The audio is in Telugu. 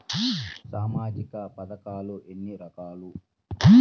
సామాజిక పథకాలు ఎన్ని రకాలు?